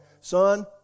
son